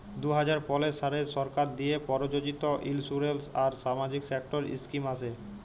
দু হাজার পলের সালে সরকার দিঁয়ে পরযোজিত ইলসুরেলস আর সামাজিক সেক্টর ইস্কিম আসে